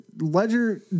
Ledger